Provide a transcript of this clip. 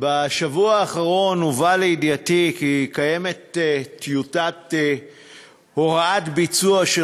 בשבוע האחרון הובא לידיעתי כי קיימת טיוטת הוראת ביצוע של